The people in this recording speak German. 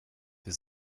wir